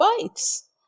bites